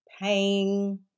pain